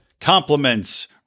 compliments